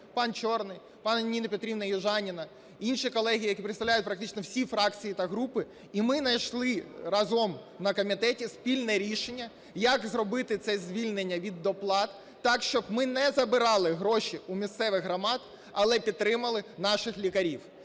пан Чорний, пані Ніна Петрівна Южаніна, інші колеги, які представляють практично всі фракції та групи, і ми знайшли разом на комітеті спільне рішення як зробити це звільнення від доплат так, щоб ми не забирали гроші у місцевих громад, але підтримали наших лікарів.